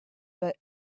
that